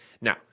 Now